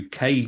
UK